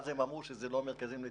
אז הם אמרו שאלה לא מרכזים לטיפול.